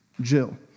Jill